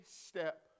step